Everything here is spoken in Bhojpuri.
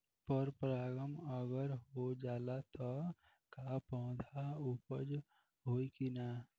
पर परागण अगर हो जाला त का पौधा उपज होई की ना?